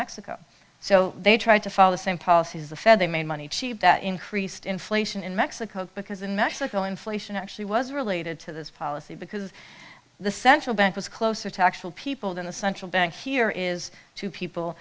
mexico so they tried to follow the same policies the fed they made money cheap debt increased inflation in mexico because in mexico inflation actually was related to this policy because the central bank was closer to actual people than the central bank here is to people